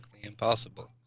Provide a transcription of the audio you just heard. impossible